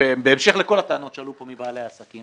בהמשך לכל הטענות שעלו כאן מבעלי העסקים,